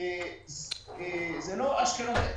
זה לא אשקלון,